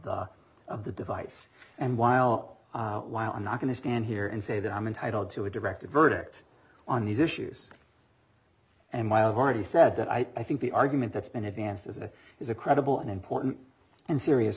the of the device and while while i'm not going to stand here and say that i'm entitled to a directed verdict on these issues and my i've already said that i think the argument that's been advanced as it is a credible and important and serious